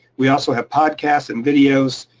we also have podcasts and videos,